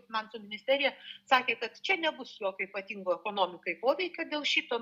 finansų ministerija sakė kad čia nebus jokio ypatingo ekonomikai poveikio dėl šito